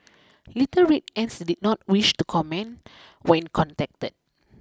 little Red Ants did not wish to comment when contacted